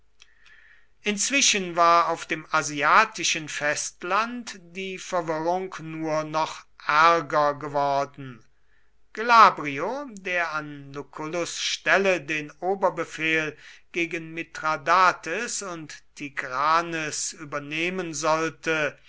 inzwischen war auf dem asiatischen festland die verwirrung nur noch ärger geworden glabrio der an lucullus stelle den oberbefehl gegen mithradates und tigranes übernehmen sollte